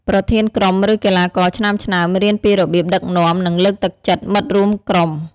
ប្រធានក្រុម ឬកីឡាករឆ្នើមៗ រៀនពីរបៀបដឹកនាំ និងលើកទឹកចិត្តមិត្តរួមក្រុម។